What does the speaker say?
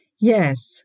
Yes